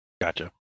Gotcha